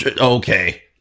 Okay